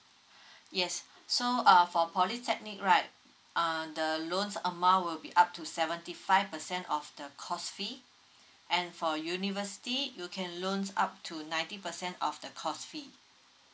yes so uh for polytechnic right err the loans amount will be up to seventy five percent of the course fee and for university you can loans up to ninety percent of the course fee